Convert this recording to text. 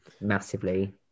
massively